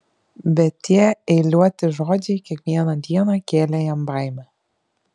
bet tie eiliuoti žodžiai kiekvieną dieną kėlė jam baimę